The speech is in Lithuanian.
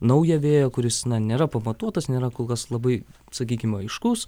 naują vėją kuris nėra pamatuotas nėra kol kas labai sakykime aiškus